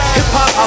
Hip-hop